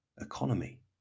economy